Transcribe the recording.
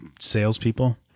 salespeople